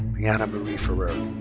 brianna marie ferrer.